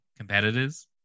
competitors